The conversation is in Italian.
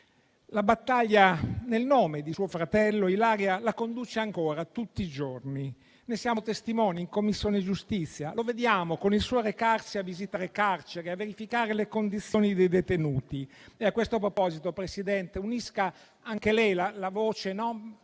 La battaglia nel nome di suo fratello Ilaria la conduce ancora, tutti i giorni; ne siamo testimoni in Commissione giustizia, lo vediamo con il suo recarsi a visitare carceri e verificare le condizioni dei detenuti. A questo proposito, Presidente, unisca anche lei la voce,